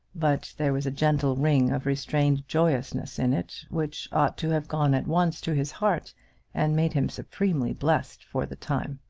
but there was a gentle ring of restrained joyousness in it which ought to have gone at once to his heart and made him supremely blessed for the time.